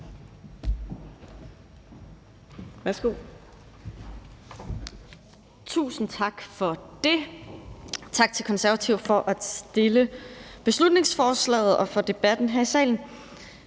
Tusind tak for det. Tak til Konservative for at fremsætte beslutningsforslaget og for debatten her i salen.